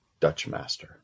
Dutchmaster